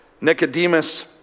Nicodemus